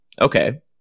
Okay